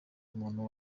umuntu